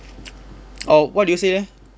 orh what do you say leh